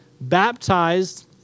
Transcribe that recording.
Baptized